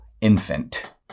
infant